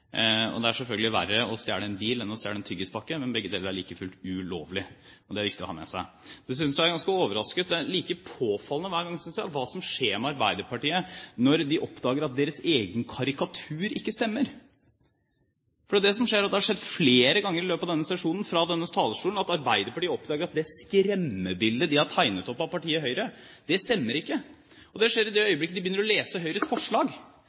Det er selvfølgelig verre å stjele en bil enn å stjele en tyggispakke, men begge deler er like fullt ulovlig, og det er det viktig å ha med seg. Dessuten er jeg ganske overrasket over – det er like påfallende hver gang, synes jeg – hva som skjer med Arbeiderpartiet når de oppdager at deres egen karikatur ikke stemmer. For det som skjer, og det har skjedd flere ganger i løpet av denne sesjonen ved uttalelser fra denne talerstolen, er at Arbeiderpartiet oppdager at det skremmebildet de har tegnet opp av partiet Høyre, stemmer ikke. Det skjer i det øyeblikket de begynner å lese Høyres forslag,